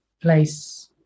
place